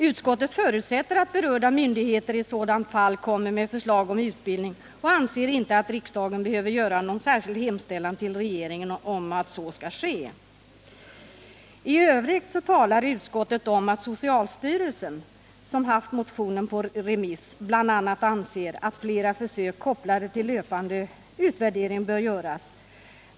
Utskottet förutsätter att berörda myndigheter i sådant fall lägger fram förslag om utbildning och anser inte att riksdagen behöver göra någon särskild hemställan till regeringen om att så skall ske. I övrigt talar utskottet om att socialstyrelsen, som haft motionen på remiss, bl.a. anser att flera försök kopplade till löpande utvärdering bör göras.